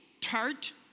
tart